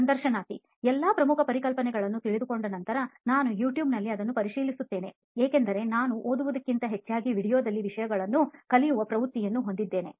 ಸಂದರ್ಶನಾರ್ಥಿ ಎಲ್ಲಾ ಪ್ರಮುಖ ಪರಿಕಲ್ಪನೆಗಳನ್ನು ತಿಳಿದುಕೊಂಡ ನಂತರ ನಾನು ಯೂಟ್ಯೂಬ್ನಲ್ಲಿ ಅದನ್ನು ಪರಿಶೀಲಿಸುತ್ತೇನೆ ಏಕೆಂದರೆ ನಾನು ಓದುವುದಕ್ಕಿಂತ ಹೆಚ್ಚಾಗಿ ವೀಡಿಯೊದಲ್ಲಿ ವಿಷಯಗಳನ್ನು ಕಲಿಯುವ ಪ್ರವೃತ್ತಿಯನ್ನು ಹೊಂದಿದ್ದೇನೆ